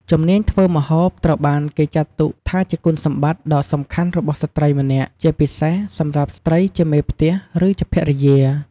ជំនាញធ្វើម្ហូបត្រូវបានគេចាត់ទុកថាជាគុណសម្បត្តិដ៏សំខាន់របស់ស្ត្រីម្នាក់ ជាពិសេសសម្រាប់ស្ត្រីជាមេផ្ទះ ឬជាភរិយា។